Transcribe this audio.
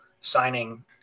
signing